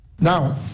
now